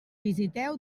visiteu